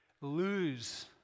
lose